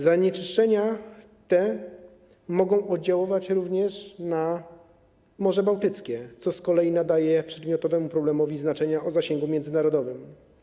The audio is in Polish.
Zanieczyszczenia te mogą oddziaływać również na Morze Bałtyckie, co z kolei nadaje przedmiotowemu problemowi znaczenie o zasięgu międzynarodowym.